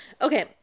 okay